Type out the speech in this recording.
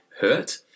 hurt